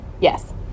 Yes